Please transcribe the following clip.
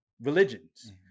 religions